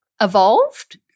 evolved